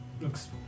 looks